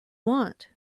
want